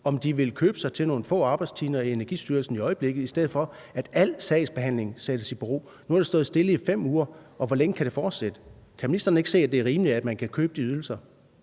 om de vil købe sig til nogle få arbejdstimer i Energistyrelsen i øjeblikket, i stedet for at al sagsbehandling sættes i bero? Nu har det stået stille i 5 uger, og hvor længe kan det fortsætte? Kan ministeren ikke se, at det er rimeligt, at man kan købe de ydelser?